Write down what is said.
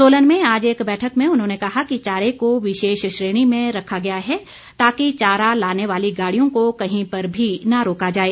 सोलन में आज एक बैठक में उन्होंने कहा कि चारे को विशेष श्रेणी में रखा गया है ताकि चारा लाने वाली गाड़ियों को कहीं पर भी न रोका जाए